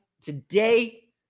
today